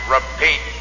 Repeat